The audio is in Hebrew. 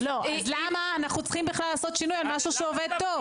אז למה אנחנו צריכים בכלל לעשות שינוי על משהו שעובד טוב?